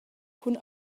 cun